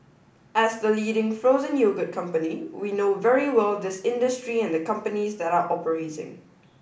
as the leading frozen yogurt company we know very well this industry and the companies that are operating